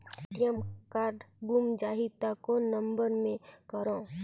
ATM card गुम जाही त कौन नम्बर मे करव?